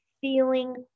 feeling